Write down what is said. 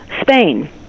Spain